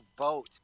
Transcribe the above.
vote